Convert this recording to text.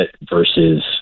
versus